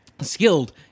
Skilled